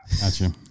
Gotcha